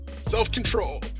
Self-control